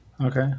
Okay